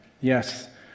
yes